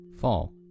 Fall